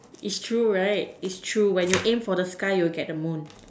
is true right is true when you aim for the sky you will get the moon